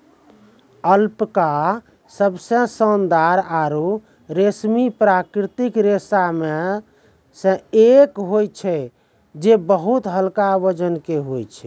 alpaca सबसें शानदार आरु रेशमी प्राकृतिक रेशा म सें एक होय छै जे बहुत हल्का वजन के होय छै